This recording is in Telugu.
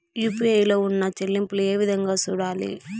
యు.పి.ఐ లో ఉన్న చెల్లింపులు ఏ విధంగా సూడాలి